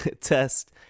test